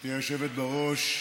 גברתי היושבת-ראש,